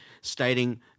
stating